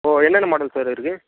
ஓ என்னென்ன மாடல்ஸ் அதில் இருக்குது